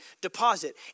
deposit